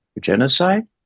genocide